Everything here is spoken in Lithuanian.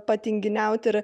patinginiauti ir